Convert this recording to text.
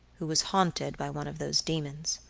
who was haunted by one of those demons.